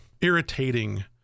irritating